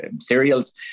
cereals